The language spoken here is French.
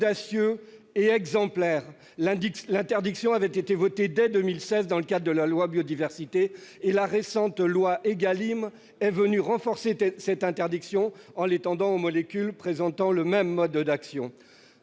audacieux et exemplaire. L'interdiction de ces produits avait été votée dès 2016, dans le cadre de la loi Biodiversité ; la récente loi dite ÉGALIM est venue renforcer cette interdiction en l'étendant aux molécules présentant le même mode d'action.